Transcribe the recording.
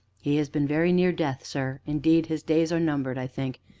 he has been very near death, sir indeed his days are numbered, i think,